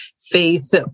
faith